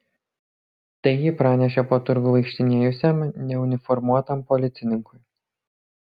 tai ji pranešė po turgų vaikštinėjusiam neuniformuotam policininkui